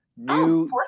New